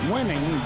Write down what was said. Winning